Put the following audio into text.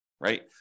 right